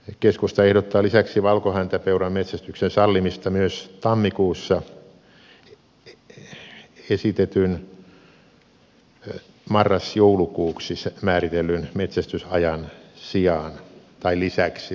keskusta ehdottaa lisäksi valkohäntäpeuran metsästyksen sallimista myös tammikuussa esitetyn marras joulukuuksi määritellyn metsästysajan sijaan tai paremminkin lisäksi